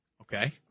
Okay